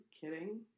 kidding